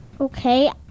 Okay